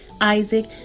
Isaac